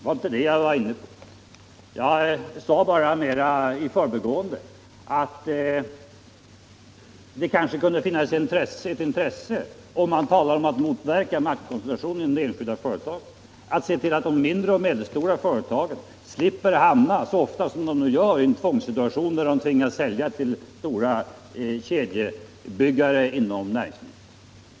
Vad jag sade, mera i förbigående, var att det kanske kunde finnas ett intresse, om man talar om att motverka maktkoncentrationen i det enskilda näringslivet, att se till att de mindre och medelstora företagen slipper att så ofta som nu hamna i en tvångssituation där de nödgas sälja till stora kedjebyggare inom näringslivet.